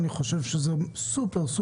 אני חושב שזה סופר-חשוב.